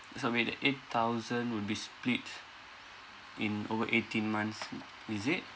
so wait the eight thousand would be split in over eighteen months is it